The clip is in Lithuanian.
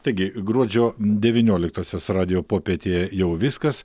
taigi gruodžio devynioliktosios radijo popietėje jau viskas